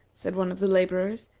said one of the laborers,